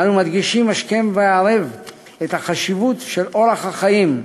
אנו מדגישים השכם והערב את החשיבות של אורח החיים,